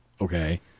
Okay